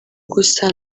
gusa